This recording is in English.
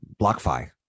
BlockFi